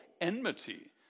enmity